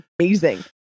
amazing